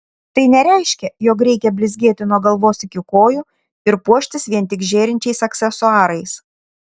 tai nereiškia jog reikia blizgėti nuo galvos iki kojų ir puoštis vien tik žėrinčiais aksesuarais